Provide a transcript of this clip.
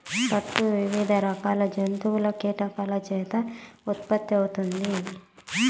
పట్టు వివిధ రకాల జంతువులు, కీటకాల చేత ఉత్పత్తి అవుతుంది